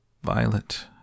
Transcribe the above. Violet